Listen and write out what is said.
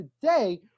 today